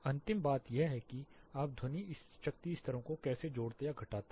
अंतिम बात यह है कि आप ध्वनि शक्ति स्तरों को कैसे जोड़ते या घटाते हैं